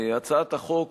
הצעת החוק